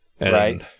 Right